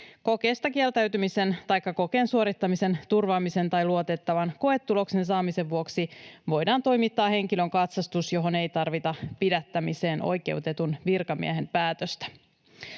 Kokeesta kieltäytymisen taikka kokeen suorittamisen turvaamisen tai luotettavan koetuloksen saamisen vuoksi voidaan toimittaa henkilön katsastus, johon ei tarvita pidättämiseen oikeutetun virkamiehen päätöstä.